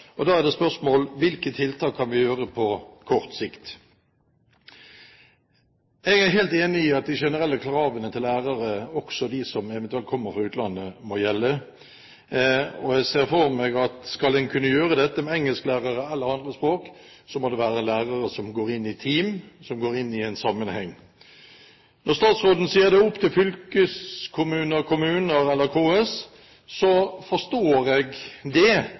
og da er spørsmålet: Hvilke tiltak kan vi gjøre på kort sikt? Jeg er helt enig i at de generelle kravene til lærere, også de som eventuelt kommer fra utlandet, må gjelde. Jeg ser for meg at skal man kunne gjøre dette med engelsklærere, eller med lærere i andre språk, må det være lærere som går inn i et team – som går inn i en sammenheng. Når statsråden sier at det er opp til fylkeskommuner, kommuner eller KS, forstår jeg det,